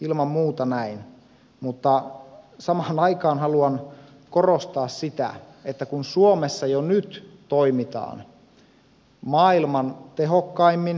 ilman muuta näin mutta samaan aikaan haluan korostaa sitä että suomessa jo nyt toimitaan maailman tehokkaimmin